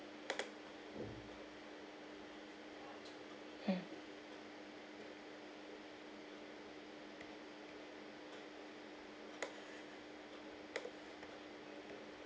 hmm